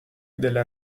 delle